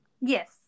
Yes